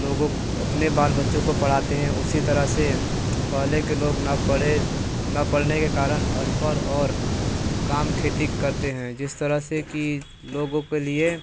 लोगों अपने बाल बच्चों को पढ़ाते हैं उसी तरह से पहले के लोग न पढे़ न पढ़ने के कारण अनपढ़ और काम खेती करते हैं जिस तरह से की लोगों के लिए